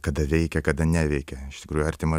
kada veikia kada neveikia iš tikrųjų artimą